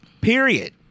period